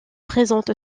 présente